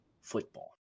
football